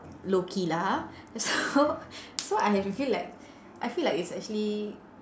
low key lah ha so so I have been feel like I feel like it's actually